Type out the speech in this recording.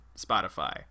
Spotify